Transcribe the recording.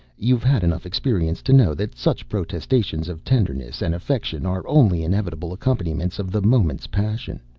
you've had enough experience to know that such protestations of tenderness and affection are only inevitable accompaniments of the moment's passion.